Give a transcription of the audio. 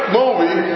movie